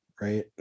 Right